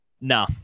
No